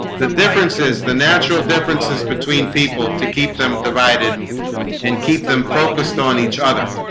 the differences the natural differences between people to keep them divided and keep them focused on each other